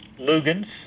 lugans